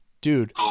Dude